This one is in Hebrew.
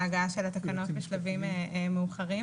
על ההגעה של התקנות בשלבים מאוחרים.